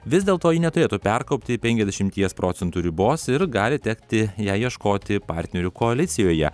vis dėl to ji neturėtų perkopti penkiasdešimies procentų ribos ir gali tekti jai ieškoti partnerių koalicijoje